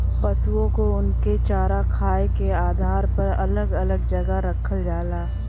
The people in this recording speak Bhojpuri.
पसुओ को उनके चारा खाए के आधार पर अलग अलग जगह रखल जाला